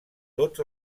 tots